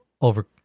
over